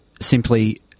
Simply